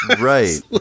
Right